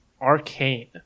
Arcane